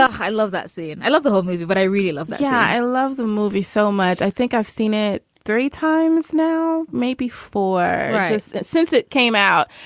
ah i love that scene. i love the whole movie. but i really love the guy i love the movie so much. i think i've seen it three times now, maybe four times since it came out.